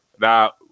Now